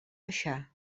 baixar